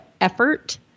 effort